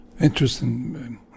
interesting